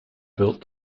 built